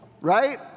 right